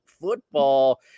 football